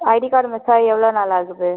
ID card மிஸ்சாகி எவ்வளோ நாள் ஆகுது